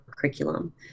curriculum